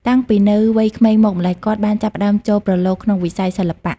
តាំងពីនៅវ័យក្មេងមកម្ល៉េះ គាត់បានចាប់ផ្ដើមចូលប្រឡូកក្នុងវិស័យសិល្បៈ។